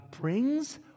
brings